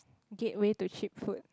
gateway to cheap food